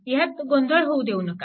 ह्यात गोंधळ होऊ देऊ नका